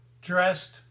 dressed